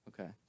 Okay